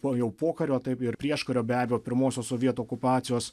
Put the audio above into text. po jau pokario taip ir prieškario be abejo pirmosios sovietų okupacijos